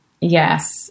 Yes